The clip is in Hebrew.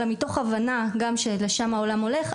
אלא מתוך הבנה שלשם העולם הולך,